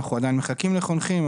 אנחנו עדיין מחכים לחונכים,